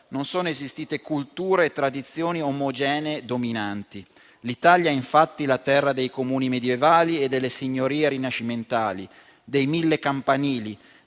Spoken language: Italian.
non sono esistite culture e tradizioni omogenee dominanti. L'Italia, infatti, è la terra dei comuni medievali e delle signorie rinascimentali, dei mille campanili,